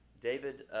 David